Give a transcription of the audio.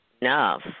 enough